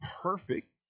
perfect